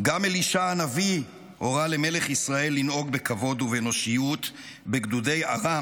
גם אלישע הנביא הורה למלך ישראל לנהוג בכבוד ובאנושיות בגדודי ארם,